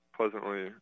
pleasantly